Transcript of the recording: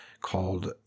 called